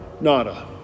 Nada